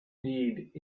need